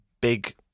big